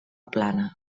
plana